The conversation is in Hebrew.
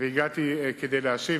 והגעתי כדי להשיב.